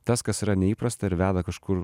tas kas yra neįprasta ir veda kažkur